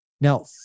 Now